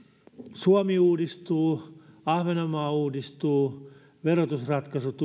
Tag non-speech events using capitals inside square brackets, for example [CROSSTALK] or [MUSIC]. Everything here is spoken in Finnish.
suomi uudistuu ahvenanmaa uudistuu verotusratkaisut [UNINTELLIGIBLE]